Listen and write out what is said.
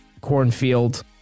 cornfield